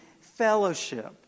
fellowship